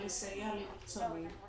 לסייע לניצולים.